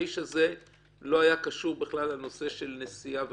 האיש הזה לא היה קשור בכלל לנשיאה וכולי.